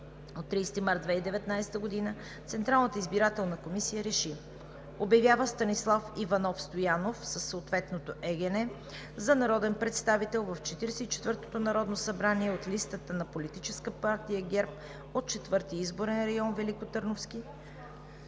от 30 март 2019 г. Централната избирателна комисия РЕШИ: Обявява Станислав Иванов Стоянов – с ЕГН …– за народен представител в 44-то Народно събрание от листата на Политическа партия ГЕРБ от Четвърти изборен район – Великотърновски.“